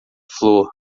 flor